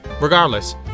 Regardless